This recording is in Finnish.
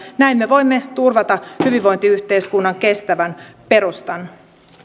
näin me voimme turvata hyvinvointiyhteiskunnan kestävän perustan